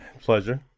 Pleasure